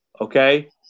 okay